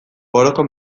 foroko